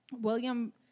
William